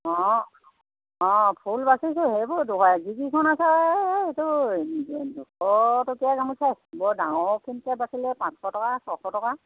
অঁ অঁ ফুল বাচিছোঁ সেইবোৰ দুশ এই যিকেইখন আছে সেইটো দুশটকীয়া গামোচাই বৰ ডাঙৰ ফুলকৈ বাচিলে পাঁচশ টকা ছশ টকা